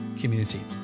community